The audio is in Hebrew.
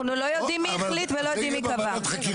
אנחנו לא יודעים מי החליט ומי קבע.